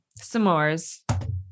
s'mores